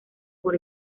por